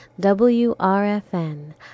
WRFN